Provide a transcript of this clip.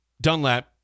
Dunlap